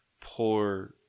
poor –